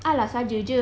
a~ lah saje jer